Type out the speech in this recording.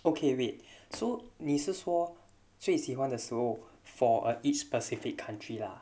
okay wait so nieces war 最喜欢的 soul for a each specific country lah